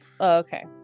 Okay